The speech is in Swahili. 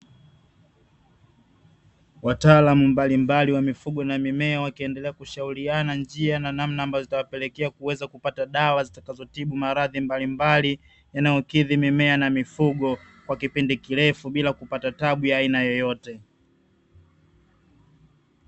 Watalaamu mbalimbali wa mifugo na mimea wakiendelea kushauriana njia na namna ambazo zitawapelekea kuweza kupata dawa zitakazotibu maradhi mbalimbali, yanayokidhi mimea na mifugo, kwa kipindi kirefu bila kupata tabu ya aina yeyote.